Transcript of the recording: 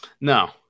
No